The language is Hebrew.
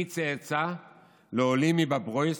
אני צאצא לעולים מבוברויסק,